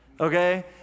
Okay